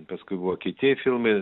paskui buvo kiti filmai